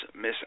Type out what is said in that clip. Miss